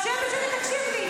ועוד הרבה תלונות,